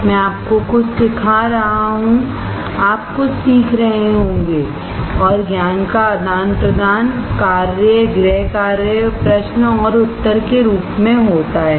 मैं आपको कुछ सिखा रहा हूं आप कुछ सीख रहे होंगे और ज्ञान का आदान प्रदान कार्य गृह कार्य प्रश्न और उत्तर के रूप में होता है